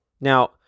Now